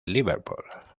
liverpool